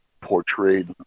portrayed